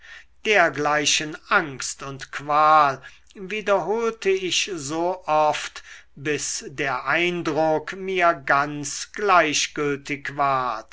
dergleichen angst und qual wiederholte ich so oft bis der eindruck mir ganz gleichgültig ward